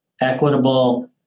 equitable